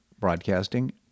Broadcasting